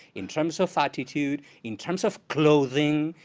in terms of attitude, in terms of clothing,